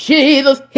Jesus